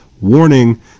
warning